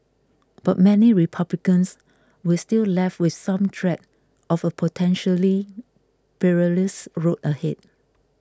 but many Republicans were still left with some dread of a potentially perilous road ahead